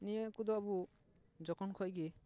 ᱱᱤᱭᱟᱹ ᱠᱚᱫᱚ ᱟᱵᱚ ᱡᱚᱠᱷᱚᱱ ᱡᱷᱚᱱᱜᱮ